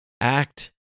act